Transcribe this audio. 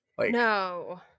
No